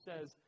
says